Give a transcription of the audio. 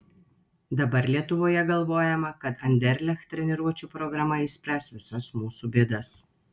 dabar lietuvoje galvojama kad anderlecht treniruočių programa išspręs visas mūsų bėdas